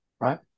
right